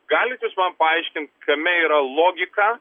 galit jūs man paaiškint kame yra logika